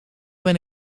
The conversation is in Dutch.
ben